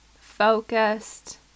focused